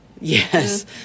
Yes